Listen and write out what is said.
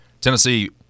Tennessee